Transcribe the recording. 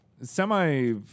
semi